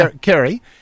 Kerry